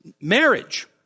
marriage